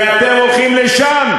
ואתם הולכים לשם,